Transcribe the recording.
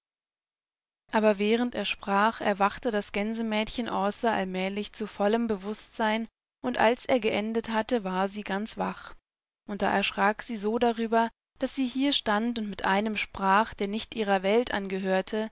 aber während er sprach erwachte das gänsemädchen aase allmählich zu vollem bewußtsein und als er geendet hatte war sie ganz wach und da erschrak sie so darüber daß sie hier stand und mit einem sprach der nicht ihrer welt angehörte